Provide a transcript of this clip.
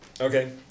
Okay